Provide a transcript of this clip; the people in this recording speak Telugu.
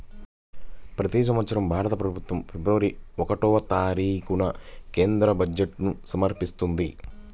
ప్రతి సంవత్సరం భారత ప్రభుత్వం ఫిబ్రవరి ఒకటవ తేదీన కేంద్ర బడ్జెట్ను సమర్పిస్తది